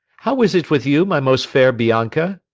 how is it with you, my most fair bianca?